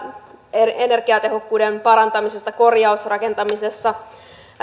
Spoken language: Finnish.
energiatehokkuuden parantamisesta korjausrakentamisessa